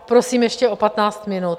Prosím ještě o patnáct minut.